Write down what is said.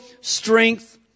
strength